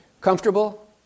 comfortable